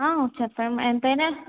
ఆ చెప్పండి మేడం ఎంతైనా